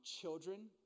children